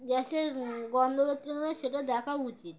গ্যাসের গন্ধ করছে কি না সেটা দেখা উচিত